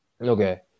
Okay